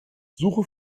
suche